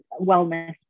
wellness